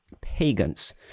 pagans